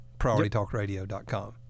PriorityTalkRadio.com